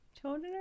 Children